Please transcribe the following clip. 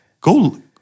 go